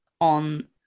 on